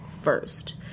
first